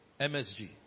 MSG